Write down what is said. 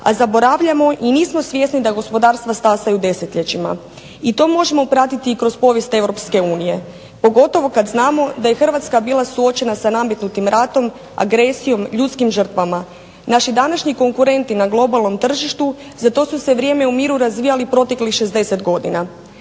a zaboravljamo i nismo svjesni da gospodarstva stasaju desetljećima. I to možemo pratiti kroz povijest EU pogotovo kada znamo da je Hrvatska bila suočena sa nametnutim ratom, agresijom, ljudskim žrtvama. Naši današnji konkurenti na globalnom tržištu za to su se vrijeme u miru razvijali proteklih 60 godina.